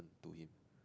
to him